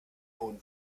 hohen